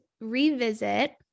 revisit